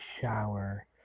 shower